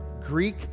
Greek